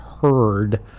heard